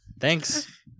Thanks